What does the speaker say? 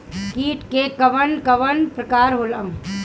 कीट के कवन कवन प्रकार होला?